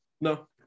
No